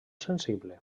sensible